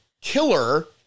killer